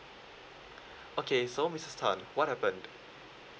okay so misses tan what happened